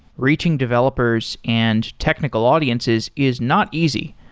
reaching developers and technical audiences is not easy,